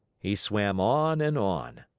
he swam on and on.